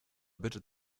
bitte